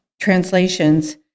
translations